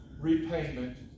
repayment